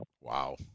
Wow